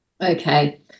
Okay